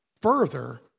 Further